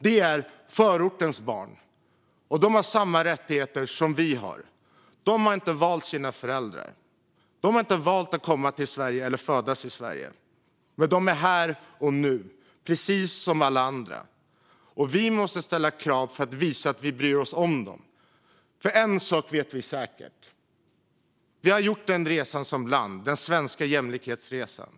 Det är förortens barn, och de har samma rättigheter som vi har. De har inte valt sina föräldrar. De har inte valt att komma till Sverige eller födas i Sverige. Men de är här, här och nu, precis som alla andra, och vi måste ställa krav för att visa att vi bryr oss om dem. Vi har gjort en resa som land, den svenska jämlikhetsresan.